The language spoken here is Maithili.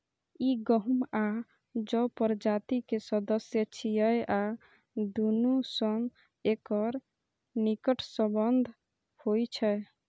ई गहूम आ जौ प्रजाति के सदस्य छियै आ दुनू सं एकर निकट संबंध होइ छै